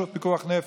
פיקוח נפש,